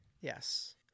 Yes